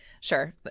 Sure